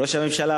לראש הממשלה